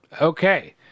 Okay